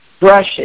brushes